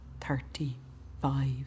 Thirty-five